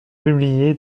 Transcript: publié